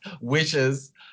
wishes